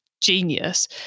genius